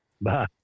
Bye